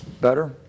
better